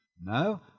No